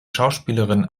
schauspielerin